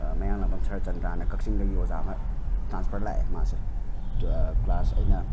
ꯃꯌꯥꯡꯂꯥꯝꯕꯝ ꯁꯔꯠꯆꯟꯗ꯭ꯔꯥ ꯑꯅ ꯀꯛꯆꯤꯡꯗꯒꯤ ꯑꯣꯖꯥ ꯑꯃ ꯇ꯭ꯔꯥꯟꯐꯔ ꯂꯥꯛꯑꯦ ꯃꯥꯁꯦ ꯀ꯭ꯂꯥꯥꯁ ꯑꯩꯅ